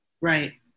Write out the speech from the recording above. Right